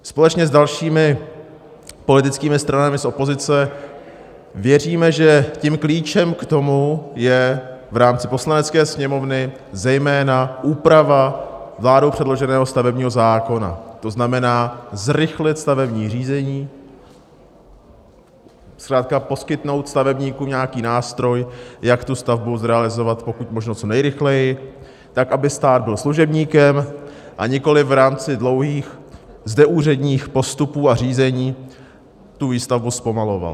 Společně s dalšími politickými stranami z opozice věříme, že klíčem k tomu je v rámci Poslanecké sněmovny zejména úprava vládou předloženého stavebního zákona, to znamená zrychlit stavební řízení, zkrátka poskytnout stavebníkům nějaký nástroj, jak stavbu zrealizovat pokud možno co nejrychleji, aby stát byl služebníkem, a nikoliv v rámci dlouhých zdeúředních postupů a řízení výstavbu zpomaloval.